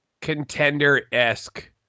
contender-esque